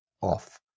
off